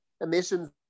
emissions